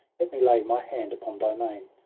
let me lay my hand upon thy mane!